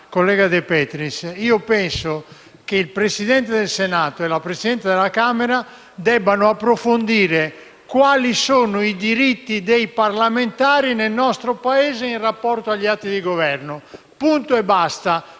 collega De Petris. Penso che il Presidente del Senato e la Presidente della Camera debbano approfondire quali sono i diritti dei parlamentari nel nostro Paese in rapporto agli atti di Governo, punto e basta.